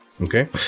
okay